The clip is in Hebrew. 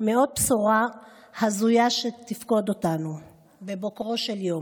מעוד בשורה הזויה שתפקוד אותנו בבוקרו של יום.